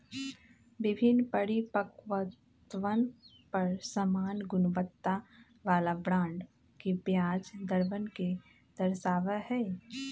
विभिन्न परिपक्वतवन पर समान गुणवत्ता वाला बॉन्ड के ब्याज दरवन के दर्शावा हई